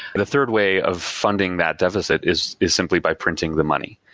the third way of funding that deficit is is simply by printing the money,